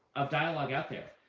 of dialogue out there.